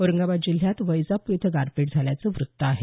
औरंगाबाद जिल्ह्यात वैजापूर इथं गारपीट झाल्याचं वृत्त आहे